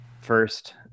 first